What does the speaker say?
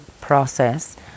process